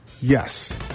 Yes